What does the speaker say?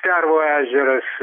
pervo ežeras